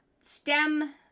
stem